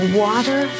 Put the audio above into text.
water